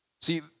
See